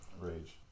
Rage